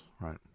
Right